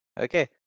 Okay